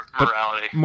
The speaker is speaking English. Morality